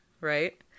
right